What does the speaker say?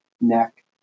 neck